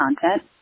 content